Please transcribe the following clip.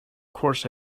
course